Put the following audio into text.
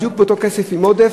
בדיוק באותו כסף עם עודף,